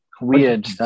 Weird